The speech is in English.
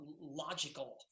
logical